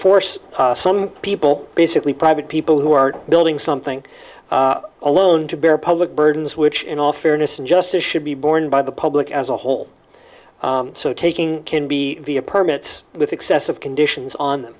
force some people basically private people who are building something alone to bear public burdens which in all fairness and justice should be borne by the public as a whole so taking can be via permits with excessive conditions on